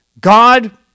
God